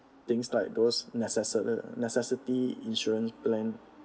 things like those necessi~ necessity insurance plan